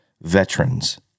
veterans